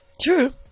True